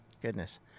Goodness